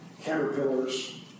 caterpillars